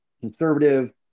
conservative